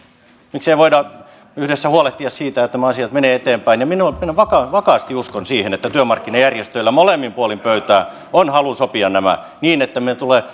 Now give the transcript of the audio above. miksei voida yhdessä huolehtia siitä että nämä asiat menevät eteenpäin minä vakaasti uskon siihen että työmarkkinajärjestöillä molemmin puolin pöytää on halu sopia nämä niin ettei meille tule